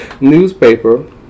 newspaper